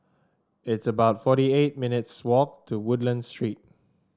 it's about forty eight minutes' walk to Woodlands Street